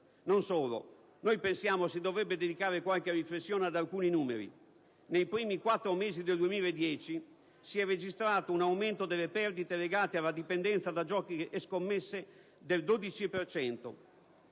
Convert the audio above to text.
Non solo, pensiamo si dovrebbe dedicare qualche riflessione ad alcuni numeri: nei primi quattro mesi del 2010 si è registrato un aumento delle perdite legate alla dipendenza da giochi e scommesse di